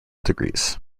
degrees